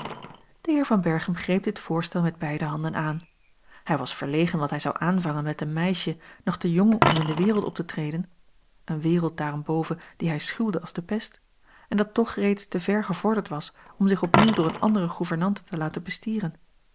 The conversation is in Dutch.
de heer van berchem greep dit voorstel met beide handen aan hij was verlegen wat hij zou aanvangen met een meisje nog te jong om in de wereld op te treden een wereld daarenboven die hij schuwde als de pest en dat toch reeds te ver gevorderd was om zich opnieuw door eene andere gouvernante te laten bestieren